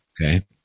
okay